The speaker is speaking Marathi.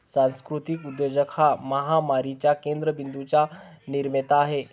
सांस्कृतिक उद्योजक हा महामारीच्या केंद्र बिंदूंचा निर्माता आहे